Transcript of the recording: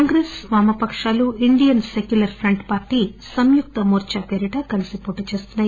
కాంగ్రెస్ వామపకాలు Indian Secular Front Samyukta Morcha పేరిట కలిసి పోటీ చేస్తున్నాయి